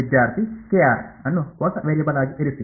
ವಿದ್ಯಾರ್ಥಿ ಅನ್ನು ಹೊಸ ವೇರಿಯೇಬಲ್ ಆಗಿ ಇರಿಸಿ